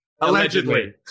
Allegedly